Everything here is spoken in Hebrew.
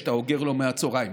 שאתה אוגר לו מהצוהריים,